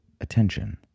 attention